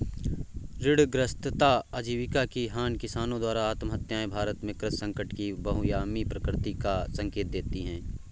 ऋणग्रस्तता आजीविका की हानि किसानों द्वारा आत्महत्याएं भारत में कृषि संकट की बहुआयामी प्रकृति का संकेत देती है